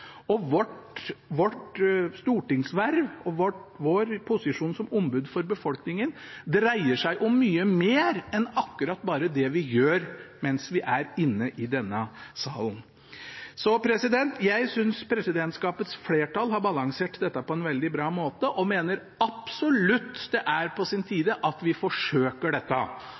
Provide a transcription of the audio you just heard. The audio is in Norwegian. i vårt stortingsverv. Vårt stortingsverv og vår posisjon som ombud for befolkningen dreier seg om mye mer enn akkurat bare det vi gjør mens vi er inne i denne salen. Jeg synes presidentskapets flertall har balansert dette på en veldig bra måte, og mener absolutt det er på tide at vi forsøker dette.